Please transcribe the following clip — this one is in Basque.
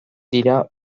dira